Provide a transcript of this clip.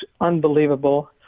unbelievable